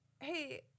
hey